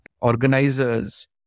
organizers